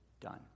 done